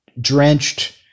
drenched